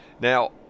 Now